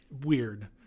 weird